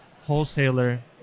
wholesaler